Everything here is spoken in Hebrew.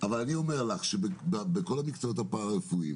אני אומר לך שבכל המקצועות הפרה רפואיים